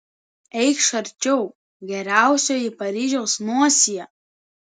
eikš arčiau geriausioji paryžiaus nosie